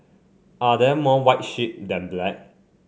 are there more white sheep than black